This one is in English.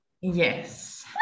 Yes